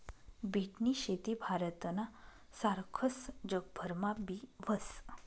बीटनी शेती भारतना सारखस जगभरमा बी व्हस